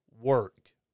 work